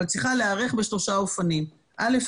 אבל צריכה להיערך בשלושה אופנים: א.